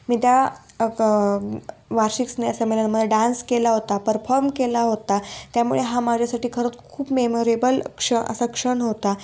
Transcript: मी त्या वार्षिक स्नेहसंमेलनामध्ये डान्स केला होता परफॉर्म केला होता त्यामुळे हा माझ्यासाठी खरंच खूप मेमोरेबल क्ष असा क्षण होता